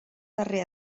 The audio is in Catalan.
darrer